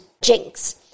Jinx